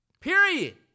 Period